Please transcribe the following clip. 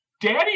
Daddy